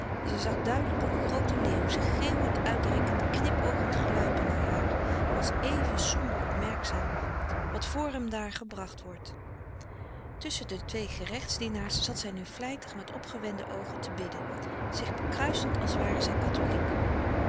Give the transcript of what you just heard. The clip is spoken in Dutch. en zij zag duidelijk een grooten leeuw zich geeuwend uit rekkend knip oogend gluipen naar haar als éven somber opmerkzaam wat voêr hem daar gebracht wordt tusschen de twee gerechtsdienaars frederik van eeden van de koele meren des doods zat zij nu vlijtig met opgewende oogen te bidden zich bekruisend als ware zij katholiek